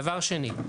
דבר שני,